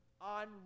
on